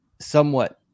somewhat